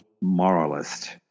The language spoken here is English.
moralist